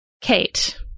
Kate